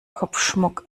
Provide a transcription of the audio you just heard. kopfschmuck